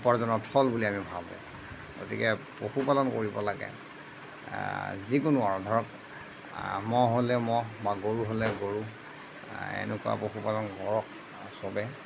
উপাৰ্জনৰ থল বুলি আমি ভাবোঁ গতিকে পশুপালন কৰিব লাগে যিকোনো আৰু ধৰক ম'হ হ'লে ম'হ বা গৰু হ'লে গৰু এনেকুৱা পশুপালন কৰক চবে